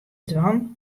dwaan